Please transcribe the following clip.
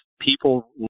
people